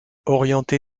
orienté